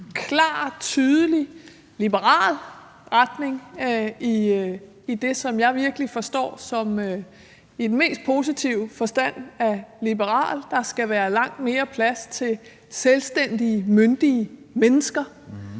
klar, tydelig liberal retning – altså den i min forståelse mest positive betydning af liberal. Der skal være langt mere plads til selvstændige, myndige mennesker